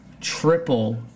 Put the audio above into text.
triple